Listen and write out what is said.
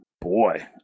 boy